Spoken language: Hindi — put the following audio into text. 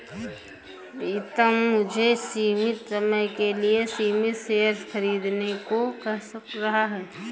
प्रितम मुझे सीमित समय के लिए सीमित शेयर खरीदने को कह रहा हैं